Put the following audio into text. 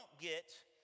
get